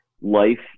life